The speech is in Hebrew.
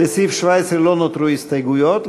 לסעיף 17 לא נותרו הסתייגויות,